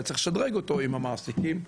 היה צריך לשדרג אותו עם המעסיקים הקודמים,